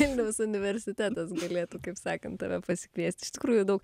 vilniaus universitetas galėtų kaip sakant tave pasikviest iš tikrųjų daug